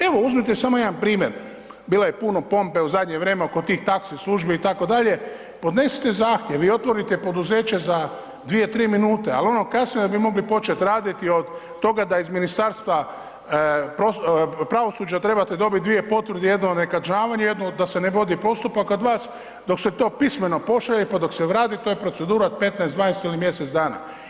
Evo uzmite samo jedan primjer, bilo je puno pompe oko tih taxi službi itd., podnesite zahtjev vi otvorite poduzeće za 2-3 minute, al ono kasnije da bi vi mogli početi raditi od toga da iz Ministarstva pravosuđa trebate dobiti dvije potvrde, jednu o nekažnjavanju, jednu da se vodi postupak kod vas, dok se to pismeno pošalje, pa dok se vrati to je procedura od 15, 20 ili mjesec dana.